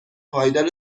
پایدار